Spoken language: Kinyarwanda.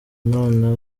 none